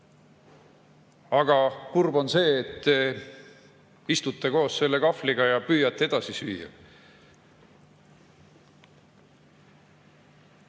Aga kurb on see, et te istute koos selle kahvliga ja püüate edasi süüa.